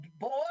boy